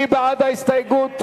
מי בעד ההסתייגות?